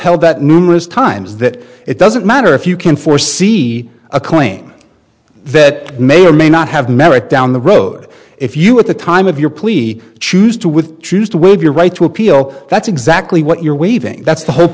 held that numerous times that it doesn't matter if you can for see a claim that may or may not have merit down the road if you at the time of your plea choose to with choose to with your right to appeal that's exactly what you're waiving that's the whole